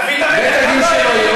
אה, לא היו מכירים בגיור שלה.